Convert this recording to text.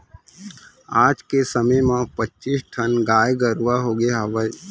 आज के समे म पच्चीस ठन गाय गरूवा होगे हवय